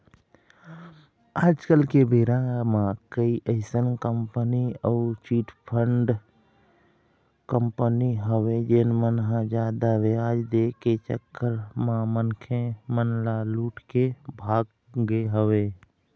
आज के बेरा म कई अइसन कंपनी अउ चिटफंड कंपनी हवय जेन मन ह जादा बियाज दे के चक्कर म मनखे मन ल लूट के भाग गे हवय